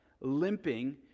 limping